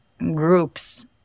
groups